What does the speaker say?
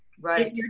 right